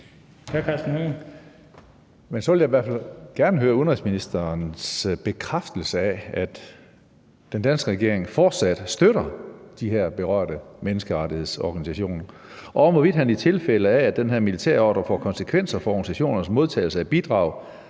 så vil jeg i hvert fald gerne høre udenrigsministerens bekræftelse af, at den danske regering fortsat støtter de her berørte menneskerettighedsorganisationer, og om, hvorvidt han, i tilfælde af at den her militærordre får konsekvenser for organisationernes modtagelse af bidrag,